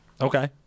Okay